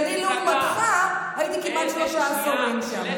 כי אני, לעומתך, הייתי כמעט שלושה עשורים שם.